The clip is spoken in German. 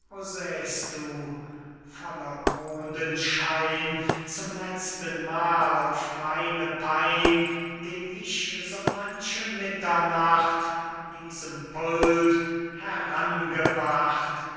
mondenschein zum letztenmal auf meine pein den ich so manche mitternacht an diesem pult